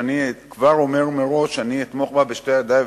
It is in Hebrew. ואני כבר אומר מראש שאני אתמוך בה בשתי ידי,